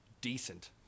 decent